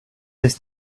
this